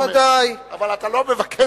בוודאי, בוודאי.